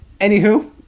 Anywho